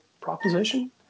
proposition